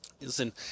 Listen